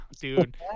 Dude